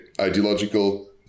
ideological